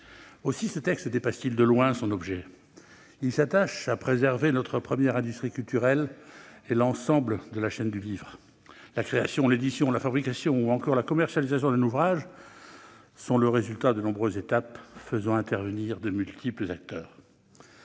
Aussi ce texte dépasse-t-il de loin son objet. Il s'attache à préserver notre première industrie culturelle et l'ensemble de la chaîne du livre. La création, l'édition, la fabrication ou encore la commercialisation d'un ouvrage sont le résultat de nombreuses étapes faisant intervenir de multiples acteurs.